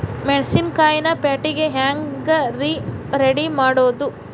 ಮೆಣಸಿನಕಾಯಿನ ಪ್ಯಾಟಿಗೆ ಹ್ಯಾಂಗ್ ರೇ ರೆಡಿಮಾಡೋದು?